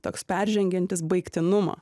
toks peržengiantis baigtinumą